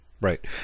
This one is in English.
right